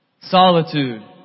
Solitude